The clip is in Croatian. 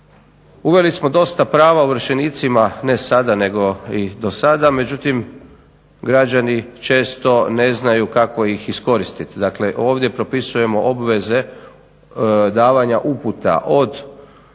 uveli smo dosta prava ovršenicima, ne sada nego i do sada. Međutim, građani često ne znaju kako ih iskoristiti. Dakle, ovdje propisujemo obveze davanja uputa od ne samo